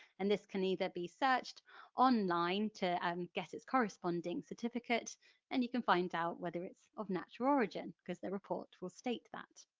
and this can either be searched online to um get its corresponding certificate and you can find out whether it's of natural origin because the report will state that.